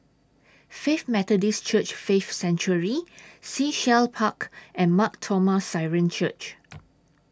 Faith Methodist Church Faith Sanctuary Sea Shell Park and Mar Thoma Syrian Church